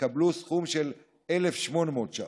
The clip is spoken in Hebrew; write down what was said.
יקבלו סכום של 1,800 שקלים,